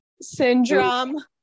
syndrome